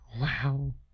Wow